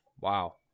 Wow